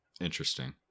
Interesting